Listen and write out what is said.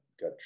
got